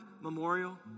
memorial